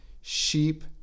Sheep